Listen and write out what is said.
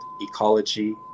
ecology